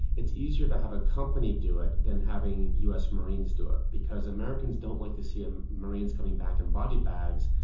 it's easier to have a company do it than having us marines do it because americans don't like to see um marines coming back in body bags,